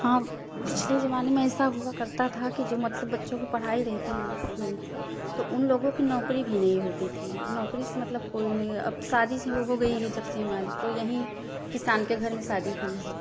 हाँ पिछले जमाने में ऐसा हुआ करता था कि जो मतलब बच्चों को पढ़ाई रहती नहीं थी तो उन लोगों की नौकरी भी नहीं होती थी नौकरी से मतलब कोई उन्हें अब शादी सी हो गई है जब से हमारी तो यहीं किसान के घर में शादी हुई है